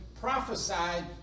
prophesied